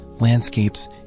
landscapes